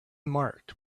marked